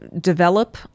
develop